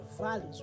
values